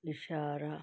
ਇਸ਼ਾਰਾ